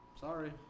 Sorry